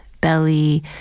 belly